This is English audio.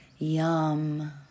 Yum